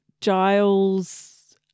Giles